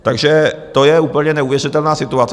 Takže to je úplně neuvěřitelná situace.